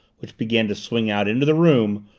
which began to swing out into the room,